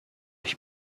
ich